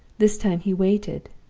this time he waited,